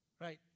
right